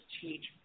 teach